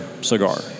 cigar